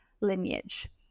lineage